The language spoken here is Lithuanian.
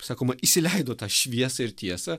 sakoma įsileido tą šviesą ir tiesą